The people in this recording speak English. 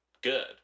good